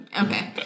okay